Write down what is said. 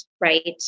right